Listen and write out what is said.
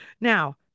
Now